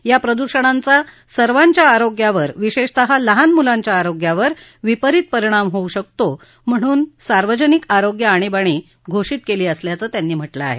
या प्रदुषणांचा सर्वाच्या आरोग्यावर विशेषतः लहान मुलांच्या आरोग्यावर विपरीत परिणाम होवू शकतो म्हणून सार्वजनिक आरोग्य आणीबाणी घोषित केल्याचं त्यांनी म्हटलं आहे